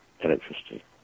electricity